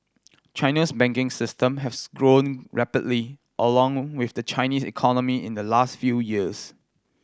China's banking system has also grown rapidly along with the Chinese economy in the last few years